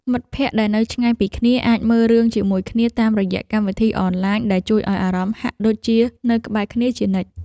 មិត្តភក្តិដែលនៅឆ្ងាយពីគ្នាអាចមើលរឿងជាមួយគ្នាតាមរយៈកម្មវិធីអនឡាញដែលជួយឱ្យអារម្មណ៍ហាក់ដូចជានៅក្បែរគ្នាជានិច្ច។